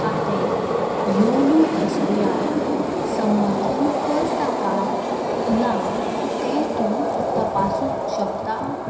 खातें YONO S B आयक समर्थन करता काय ना तें तूं तपासूंक शकता